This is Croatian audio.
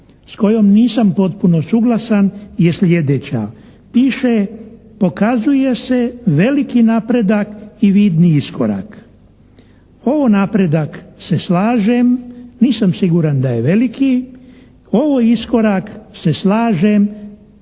s kojom nisam potpuno suglasan je sljedeća, piše: pokazuje se veliki napredak i vidni iskorak. Ovo napredak se slažem, nisam siguran da je veliki. Ovo iskorak se slažem.